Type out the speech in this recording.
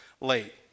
late